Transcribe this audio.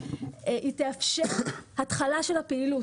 היא תאפשר התחלה של הפעילות.